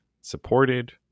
supported